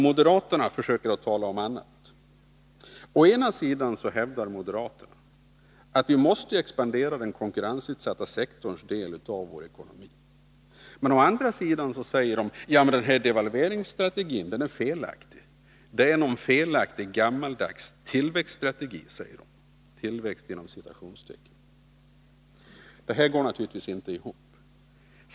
Moderaterna försöker att tala om annat.Å ena sidan hävdar moderaterna att vi måste expandera den konkurrensutsatta sektorns del av vår ekonomi. Men å andra sidan säger de att den här devalveringsstrategin är felaktig — den är någon felaktig och gammaldags ”tillväxtstrategi”. Detta går naturligtvis inte ihop.